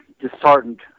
disheartened